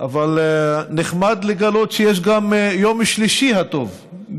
אבל נחמד לגלות שיש גם יום שלישי הטוב,